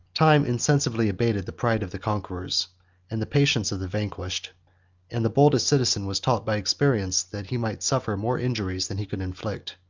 time insensibly abated the pride of the conquerors and the patience of the vanquished and the boldest citizen was taught, by experience, that he might suffer more injuries than he could inflict.